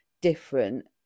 different